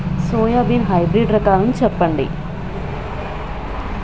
Soybean hybrid రకాలను చెప్పండి?